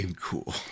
Cool